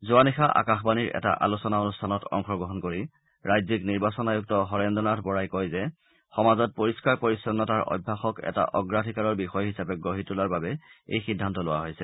যোৱা নিশা আকাশবাণীৰ এটা আলোচনা অনুষ্ঠানত অংশগ্ৰহণ কৰি ৰাজ্যিক নিৰ্বাচন আয়ুক্ত হৰেন্দ্ৰ নাথ বৰাই কয় যে সমাজত পৰিস্কাৰ পৰিচ্ছন্নতাৰ অভ্যাসক এটা অগ্ৰাধিকাৰৰ বিষয় হিচাপে গঢ়ি তোলাৰ বাবে এই সিদ্ধান্ত লোৱা হৈছে